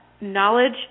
knowledge